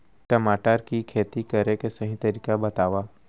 टमाटर की खेती करे के सही तरीका बतावा?